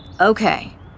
Okay